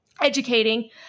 educating